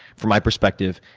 from my perspective,